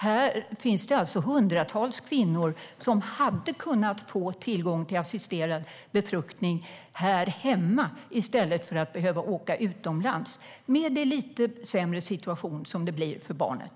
Det finns hundratals kvinnor som hade kunnat få tillgång till assisterad befruktning här hemma i stället för att behöva åka utomlands, med den lite sämre situation som det blir för barnet.